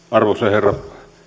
arvoisa herra